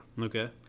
Okay